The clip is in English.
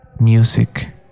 Music